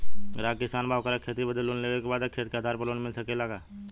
ग्राहक किसान बा ओकरा के खेती बदे लोन लेवे के बा खेत के आधार पर लोन मिल सके ला?